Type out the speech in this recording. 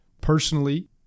Personally